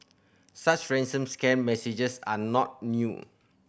such ransom scam messages are not new